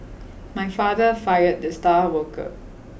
my father fired the star worker